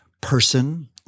person